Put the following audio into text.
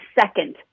second